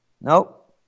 Nope